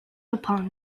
upon